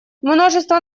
множество